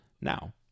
now